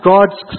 God's